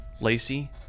Lacey